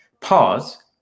Pause